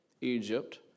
Egypt